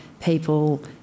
people